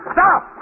Stop